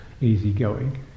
easygoing